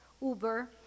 Uber